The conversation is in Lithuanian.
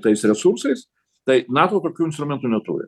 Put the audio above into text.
tais resursais tai nato tokių instrumentų neturi